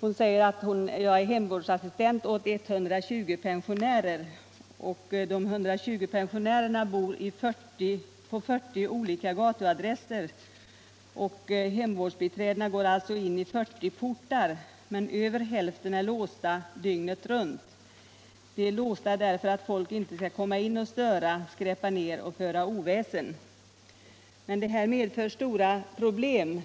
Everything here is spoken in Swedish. Hon säger bl.a. att hon är hemvårdsassistent åt 120 pensionärer, vilka bor på 40 olika gatuadresser. Hemvårdsbiträdena går alltså in i 40 portar. Men över hälften är låsta dygnet runt. De är låsta därför att folk inte skall komma in och störa, skräpa ner och föra oväsen. Men det här medför stora problem,